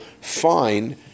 fine